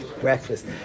breakfast